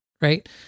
right